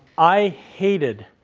i hated